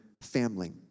family